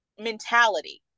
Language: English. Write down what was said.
mentality